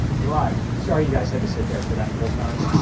we're live. sorry you guys had to sit there for that whole time.